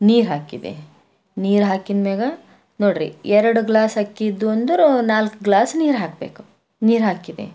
ನೀರು ಹಾಕಿದೆ ನೀರು ಹಾಕಿದ್ಮೇಗ ನೋಡ್ರಿ ಎರಡು ಗ್ಲಾಸ್ ಅಕ್ಕಿ ಇದ್ದು ಅಂದರೆ ನಾಲ್ಕು ಗ್ಲಾಸ್ ನೀರು ಹಾಕಬೇಕು ನೀರು ಹಾಕಿದೆ